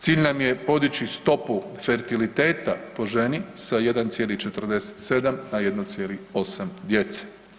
Cilj nam je podići stopu fertiliteta po ženi sa 1,47 na 1,8 djece.